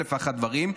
מאלף ואחד דברים.